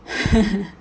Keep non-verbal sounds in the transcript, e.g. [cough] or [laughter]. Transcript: [laughs]